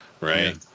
right